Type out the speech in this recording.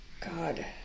God